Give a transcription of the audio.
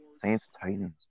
Saints-Titans